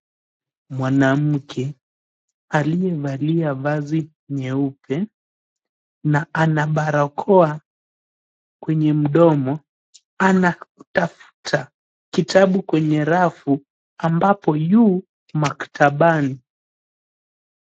Mwanamke aliyevalia vazi nyeupe na ana barakoa kwenye mdomo anatafta kitabu kwenye rafu ambapo yu maktabani.